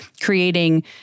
creating